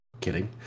Kidding